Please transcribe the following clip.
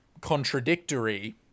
contradictory